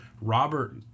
Robert